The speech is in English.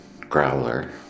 Growler